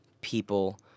people